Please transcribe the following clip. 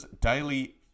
daily